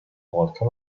volta